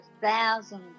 thousand